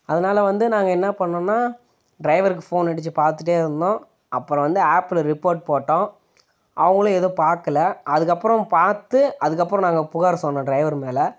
அதனால வந்து நாங்கள் என்ன பண்ணோம்ன்னா டிரைவருக்கு ஃபோன் அடிச்சு பார்த்துட்டே இருந்தோம் அப்புறம் வந்து ஆப்பில் ரிப்போர்ட் போட்டோம் அவங்களும் எதுவும் பார்க்கல அதுக்கப்புறம் பார்த்து அதுக்கப்புறம் நாங்கள் புகார் சொன்னோம் டிரைவர் மேலே